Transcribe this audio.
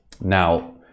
Now